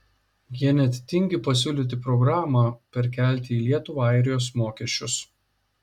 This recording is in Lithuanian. jie net tingi pasiūlyti programą perkelti į lietuvą airijos mokesčius